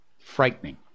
Frightening